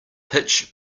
hitch